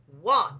one